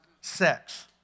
sex